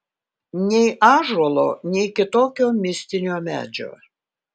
nei ąžuolo nei kitokio mistinio medžio